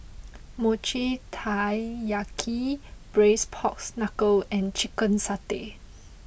Mochi Taiyaki Braised Pork Knuckle and Chicken Satay